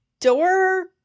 Door